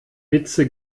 witze